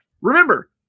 Remember